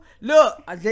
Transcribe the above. look